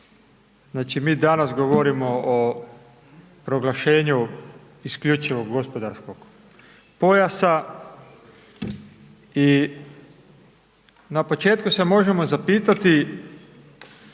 Znači mi danas govorimo o proglašenju isključivog gospodarskog pojasa i na početku se možemo zapitati